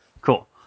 Cool